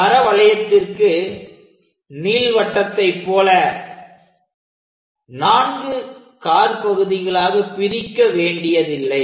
பரவளையத்திற்கு நீள்வட்டத்தை போல நான்கு காற்பகுதிகளாக பிரிக்க வேண்டியதில்லை